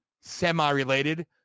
semi-related